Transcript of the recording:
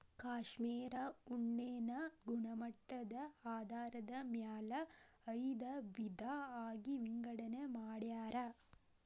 cashmere ಉಣ್ಣೆನ ಗುಣಮಟ್ಟದ ಆಧಾರದ ಮ್ಯಾಲ ಐದ ವಿಧಾ ಆಗಿ ವಿಂಗಡನೆ ಮಾಡ್ಯಾರ